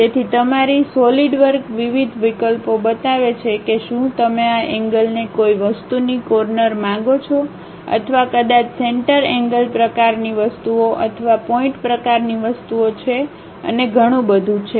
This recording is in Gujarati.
તેથી તમારી સોલિડવર્ક વિવિધ વિકલ્પો બતાવે છે કે શું તમે આ એન્ગ્લને કોઈ વસ્તુની કોર્નર માંગો છો અથવા કદાચ સેન્ટરએન્ગ્લ પ્રકારની વસ્તુઓ અથવા પોઇન્ટ પ્રકારની વસ્તુઓછે અને ઘણું બધું છે